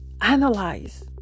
Analyze